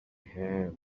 have